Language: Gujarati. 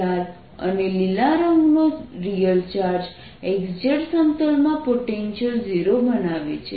લાલ અને લીલો રંગનો રીયલ ચાર્જ x z સમતલમાં પોટેન્શિયલ 0 બનાવે છે